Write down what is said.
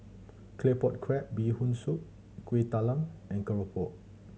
Claypot Crab Bee Hoon Soup Kueh Talam and keropok